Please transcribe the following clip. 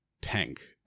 tank